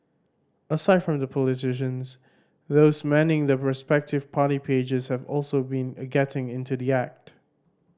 aside from the politicians those manning the respective party pages have also been a getting into the act